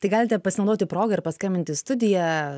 tai galite pasinaudoti proga ir paskambint į studiją